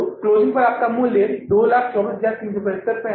समापन का आपका मूल्य 224375 है